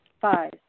Five